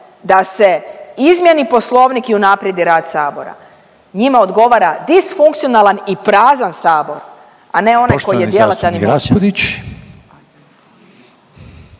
da se izmjeni Poslovnik u unaprijedi rad sabora. Njima odgovara disfunkcionalan i prazan sabor, a ne onaj koji je djelatan i